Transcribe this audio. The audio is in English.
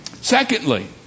Secondly